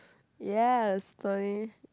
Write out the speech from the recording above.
yes to me